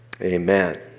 amen